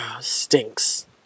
Stinks